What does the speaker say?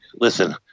listen